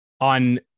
On